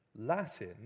Latin